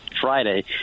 Friday